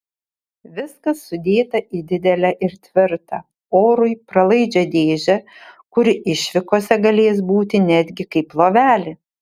viskas sudėta į didelę ir tvirtą orui pralaidžią dėžę kuri išvykose galės būti netgi kaip lovelė